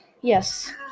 Yes